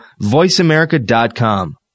voiceamerica.com